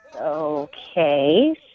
Okay